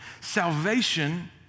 Salvation